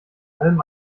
allem